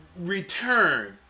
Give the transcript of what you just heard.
return